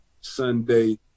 Sunday